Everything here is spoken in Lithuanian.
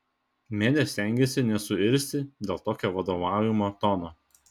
medė stengėsi nesuirzti dėl tokio vadovaujamo tono